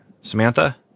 Samantha